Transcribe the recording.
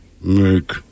make